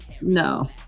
no